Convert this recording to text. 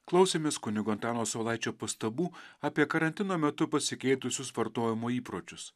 klausėmės kunigo antano saulaičio pastabų apie karantino metu pasikeitusius vartojimo įpročius